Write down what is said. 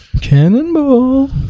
Cannonball